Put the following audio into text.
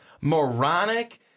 moronic